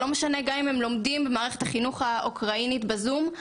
לא משנה גם אם הם לומדים במערכת החינוך האוקראינית בזום.